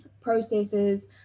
processes